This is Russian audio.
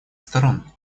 сторон